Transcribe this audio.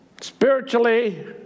spiritually